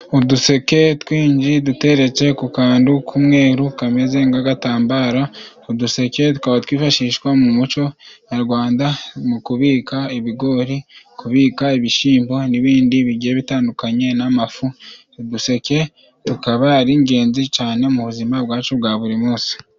Uduseke twinshi duteretse ku kandu k'umweru kameze ng'agatambaro. Uduseke twifashishwa mu muco nyarwanda mu kubika ibigori, kubika ibishimbo n'ibindi bigiye bitandukanye n'amafu. Uduseke tukaba ari ingenzi cane mu buzima bwacu bwa buri munsi.